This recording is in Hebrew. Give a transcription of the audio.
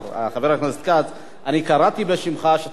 קראתי בשמך שתעלה להציג את הצעת החוק,